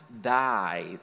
died